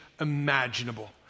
imaginable